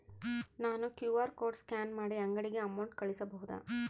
ನಾನು QR code scan ಮಾಡಿ ಅಂಗಡಿಗೆ ಅಮೌಂಟ್ ಕಳಿಸಬಹುದಾ?